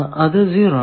അത് 0